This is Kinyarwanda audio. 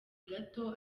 gato